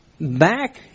back